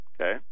okay